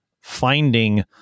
finding